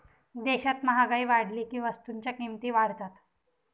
देशात महागाई वाढली की वस्तूंच्या किमती वाढतात